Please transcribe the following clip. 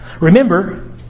Remember